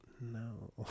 no